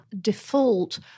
default